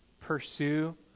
pursue